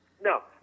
No